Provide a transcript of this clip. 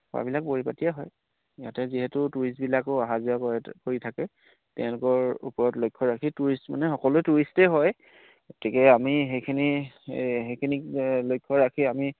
খোৱাবিলাক পৰিপাতিয়ে হয় ইয়াতে যিহেতু টুৰিষ্টবিলাকো অহা যোৱা কৰে কৰি থাকে তেওঁলোকৰ ওপৰত লক্ষ্য ৰাখি টুৰিষ্ট মানে সকলোৱে টুৰিষ্টেই হয় গতিকে আমি সেইখিনি সেইখিনিক লক্ষ্য ৰাখি আমি